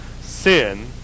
sin